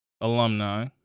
alumni